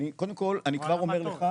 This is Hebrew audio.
קודם כל אני כבר אומר לך,